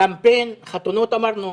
קמפיין חתונות, אמרנו.